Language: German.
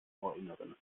ohrinneren